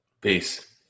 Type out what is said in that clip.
Peace